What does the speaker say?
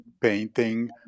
painting